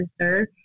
sir